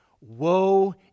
woe